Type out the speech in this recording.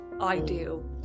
ideal